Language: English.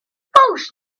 post